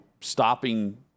stopping